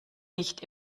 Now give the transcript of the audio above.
nicht